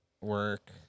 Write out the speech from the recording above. work